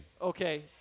Okay